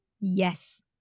Yes